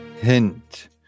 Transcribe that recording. Hint